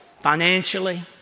Financially